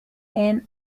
and